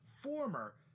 former